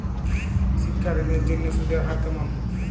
শিক্ষা ঋণ এর জন্য সুদের হার কেমন?